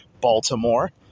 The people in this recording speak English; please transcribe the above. Baltimore